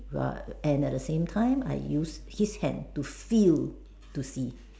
but and at the same time I use his hand to feel to see